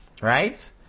Right